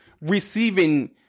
receiving